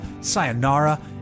sayonara